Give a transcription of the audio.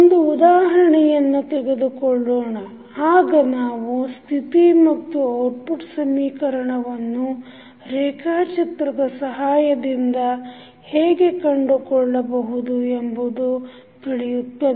ಒಂದು ಉದಾಹರಣೆಯನ್ನು ತೆಗೆದುಕೊಳ್ಳೋಣ ಆಗ ನಾವು ಸ್ಥಿತಿ ಮತ್ತು ಔಟ್ಪುಟ್ ಸಮೀಕರಣವನ್ನು ರೇಖಾಚಿತ್ರದ ಸಹಾಯದಿಂದ ಹೇಗೆ ಕಂಡುಕೊಳ್ಳಬಹುದು ಎಂಬುದು ತಿಳಿಯುತ್ತದೆ